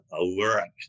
alert